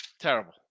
Terrible